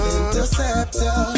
interceptor